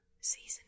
Season